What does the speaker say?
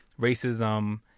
racism